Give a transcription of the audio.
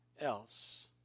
else